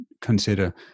Consider